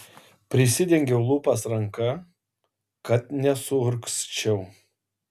prisidengiau lūpas ranka kad nesuurgzčiau